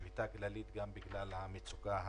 שלוקחת בחשבון את כל הקריטריונים האלה.